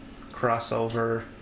crossover